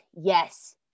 Yes